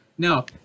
No